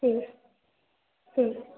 হুম হুম